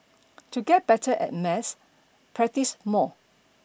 to get better at maths practice more